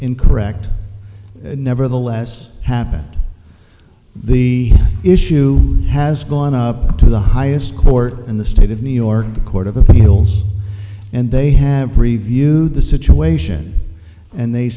incorrect nevertheless happened the issue has gone up to the highest court in the state of new york the court of appeals and they have reviewed the situation and they